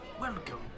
Welcome